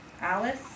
Alice